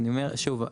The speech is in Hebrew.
אני אומר שוב,